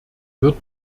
wird